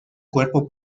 cuerpo